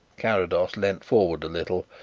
carrados leaned forward a little.